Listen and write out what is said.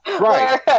Right